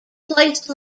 placed